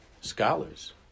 scholars